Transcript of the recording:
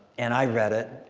and i read it,